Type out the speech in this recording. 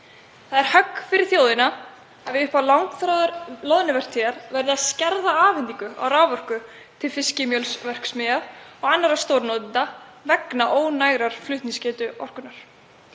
Það er högg fyrir þjóðina að við upphaf langþráðrar loðnuvertíðar verði að skerða afhendingu á raforku til fiskimjölsverksmiðja og annarra stórnotenda vegna ónægar flutningsgetu orkunnar.